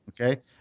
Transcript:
Okay